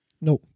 No